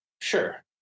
sure